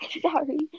sorry